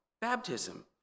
baptism